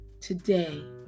Today